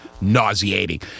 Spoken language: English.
nauseating